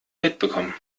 mitbekommen